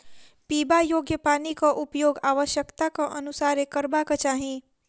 पीबा योग्य पानिक उपयोग आवश्यकताक अनुसारेँ करबाक चाही